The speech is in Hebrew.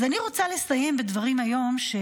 אז אני רוצה לסיים בדברים היום של